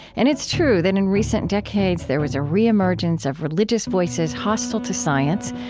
and it's true that in recent decades there was a re-emergence of religious voices hostile to science,